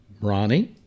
Ronnie